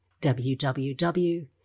www